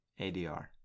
ADR